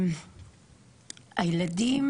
הילדים